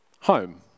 home